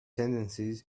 sentences